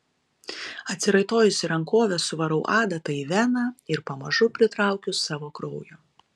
atsiraitojusi rankovę suvarau adatą į veną ir pamažu pritraukiu savo kraujo